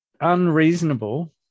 unreasonable